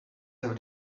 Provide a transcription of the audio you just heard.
have